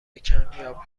کمیاب